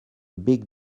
big